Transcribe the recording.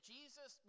Jesus